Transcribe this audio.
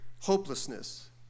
hopelessness